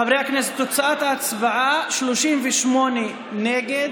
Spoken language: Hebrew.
חברי הכנסת, תוצאת ההצבעה: 38 נגד